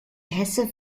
hesse